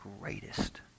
greatest